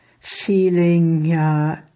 feeling